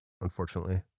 unfortunately